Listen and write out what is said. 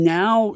now